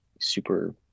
super